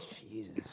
Jesus